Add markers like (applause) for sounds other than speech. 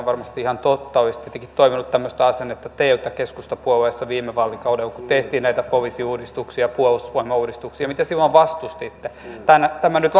(unintelligible) varmasti ihan totta olisin tietenkin toivonut tämmöistä asennetta teiltä keskustapuolueessa viime vaalikaudella kun tehtiin näitä poliisiuudistuksia ja puolustusvoimauudistuksia mitä silloin vastustitte tämä nyt (unintelligible)